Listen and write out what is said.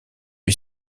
lui